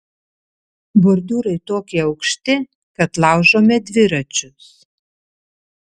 bordiūrai tokie aukšti kad laužome dviračius